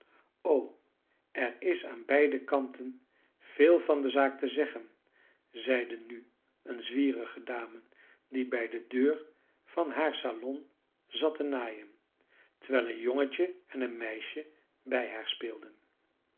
o er is aan beide kanten veel van de zaak te zeggen zeide nu een zwierige dame die bij de deur van haar salon zat te naaien terwijl een jongetje en een meisje bij haar speelden